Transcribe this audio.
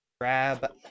grab